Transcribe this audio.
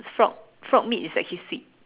frog frog meat is actually sweet